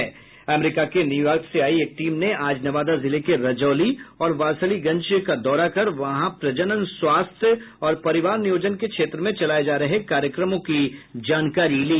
America के New York से आयी एक टीम ने आज नवादा जिले के रजौली और वारिसलीगंज का दौरा का वहां प्रजनन स्वास्थ्य और परिवार नियोजन के क्षेत्र में चलाये जा रहे कार्यक्रमों की जानकारी ली